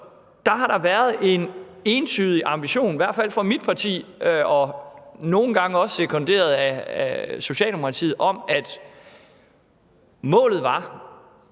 Der har der været en entydig ambition, i hvert fald i mit parti og nogle gange også sekunderet af Socialdemokratiet, om, at målet var,